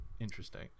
interesting